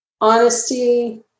honesty